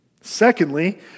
Secondly